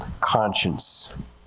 conscience